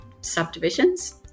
subdivisions